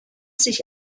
sich